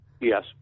Yes